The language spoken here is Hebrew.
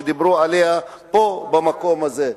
שדיברו עליה פה במקום הזה.